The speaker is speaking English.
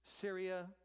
Syria